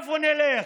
לאן נלך?